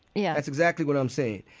yeah that's exactly what i'm saying.